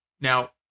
Now